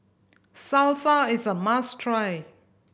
salsa is a must try